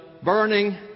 Burning